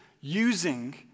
using